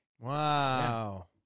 Wow